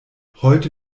heute